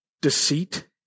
deceit